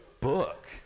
book